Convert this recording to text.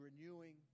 renewing